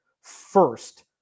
First